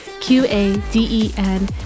Q-A-D-E-N